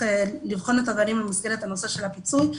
לבחון את הדברים במסגרת הנושא של הפיצוי.